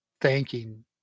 thanking